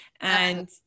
And-